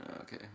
Okay